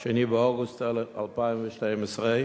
2 באוגוסט 2012,